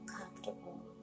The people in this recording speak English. comfortable